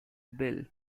bill